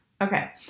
Okay